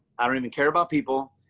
i don't even care about people.